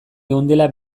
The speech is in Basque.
geundela